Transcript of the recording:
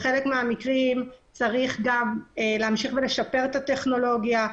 בחלק מהמקרים צריך להמשיך ולשפר את הטכנולוגיה.